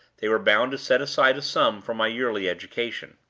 they were bound to set aside a sum for my yearly education.